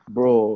Bro